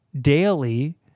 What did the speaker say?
daily